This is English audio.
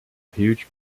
huge